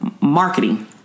marketing